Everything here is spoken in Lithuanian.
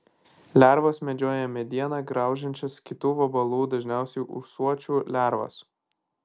lervos medžioja medieną graužiančias kitų vabalų dažniausiai ūsuočių lervas